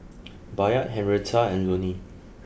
Bayard Henrietta and Lonny